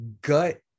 gut